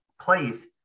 place